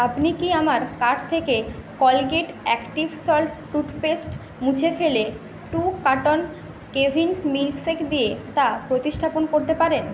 আপনি কি আমার কার্ট থেকে কোলগেট অ্যাক্টিভ সল্ট টুথপেস্ট মুছে ফেলে টু কার্টন কেভিন্স মিল্কশেক দিয়ে তা প্রতিস্থাপন করতে পারেন